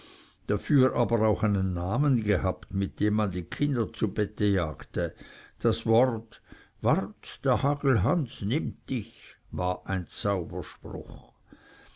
dafür aber auch einen namen gehabt mit dem man die kinder zu bette jagte das wort wart hagelhans nimmt dich war ein zauberspruch